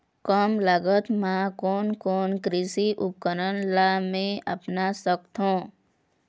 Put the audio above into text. कम लागत मा कोन कोन कृषि उपकरण ला मैं अपना सकथो?